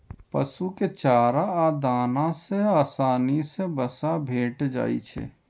पशु कें चारा आ दाना सं आसानी सं वसा भेटि जाइ छै